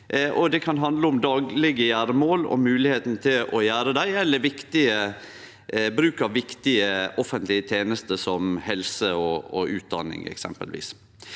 Det kan handle om daglege gjeremål og moglegheita til å gjere dei, eller bruk av viktige offentlege tenester som eksempelvis helse og utdanning.